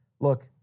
Look